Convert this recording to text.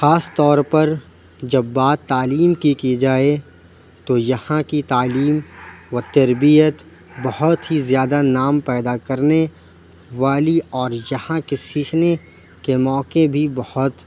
خاص طور پر جب بات تعلیم کی کی جائے تو یہاں کی تعلیم و تربیت بہت ہی زیادہ نام پیدا کرنے والی اور یہاں کے سیکھنے کے موقعے بھی بہت